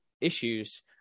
issues